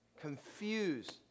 confused